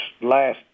last